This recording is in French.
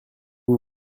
vous